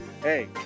Hey